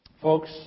Folks